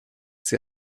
sie